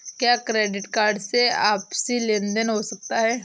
क्या credit card से आपसी लेनदेन हो सकता है?